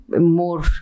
more